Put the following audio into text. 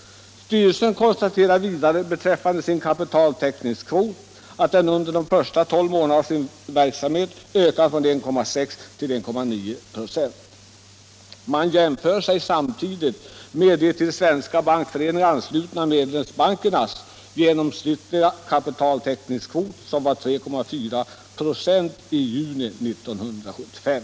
Styrelsen konstaterar vidare beträffande sin kapitaltäckningskvot att den under de första tolv månaderna av verksamheten ökat från 1,6 till 1,9 926. Man jämför samtidigt med de till Svenska Bankföreningen anslutna medlemsbankernas genomsnittliga kapitaltäckningskvot, som var 3,4 946 i juni 1975.